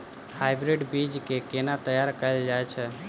Hybrid बीज केँ केना तैयार कैल जाय छै?